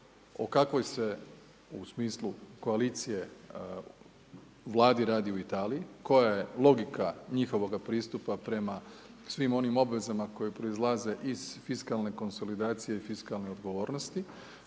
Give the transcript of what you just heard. O kakvoj se, u smislu koalicije, Vladi radi u Italiji, koja je logika njihovoga pristupa prema svim onim obvezama koje proizlaze iz fiskalne konsolidacije i fiskalne odgovornosti.